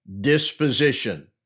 disposition